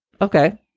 Okay